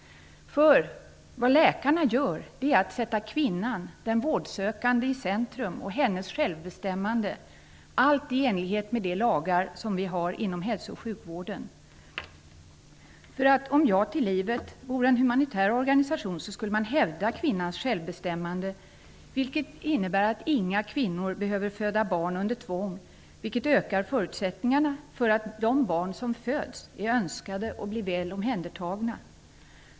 Vad läkarna gör är att sätta kvinnan, den vårdsökande, och hennes självbestämmande i centrum, allt i enlighet med de lagar som finns inom hälso och sjukvården. Om Ja till livet vore en humanitär organisation skulle man hävda kvinnans självbestämmanderätt, vilket innebär att inga kvinnor skulle behöva att föda barn under tvång, vilket ökar förutsättningarna för att de barn som föds är önskade och blir väl omhändertagna.